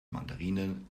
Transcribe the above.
mandarinen